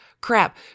crap